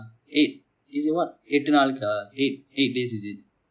eight is it what எட்டு நாளுக்கு:ettu naalukaa eight eight eight days is it